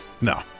No